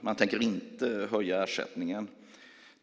Man tänker inte höja ersättningen.